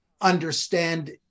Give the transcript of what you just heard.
understand